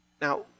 now